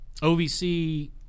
OVC